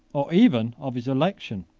or even of his election.